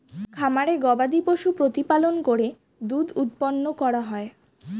খামারে গবাদিপশু প্রতিপালন করে দুধ উৎপন্ন করা হয়